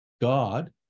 God